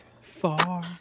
far